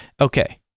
Okay